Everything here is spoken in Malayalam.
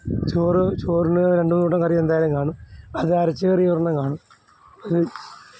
ചോറ് ചോറിന് രണ്ട് മൂന്ന് കൂട്ടം കറി എന്തായാലും കാണും അത് അരച്ച് കറി ഒരെണ്ണം കാണും അത്